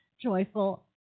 joyful